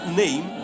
name